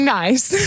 nice